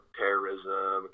terrorism